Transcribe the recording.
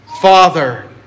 Father